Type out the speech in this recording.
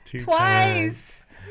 Twice